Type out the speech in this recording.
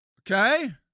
Okay